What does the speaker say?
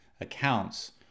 accounts